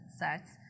sets